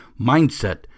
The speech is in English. Mindset